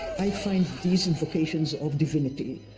i find these implications of divinity,